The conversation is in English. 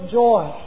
joy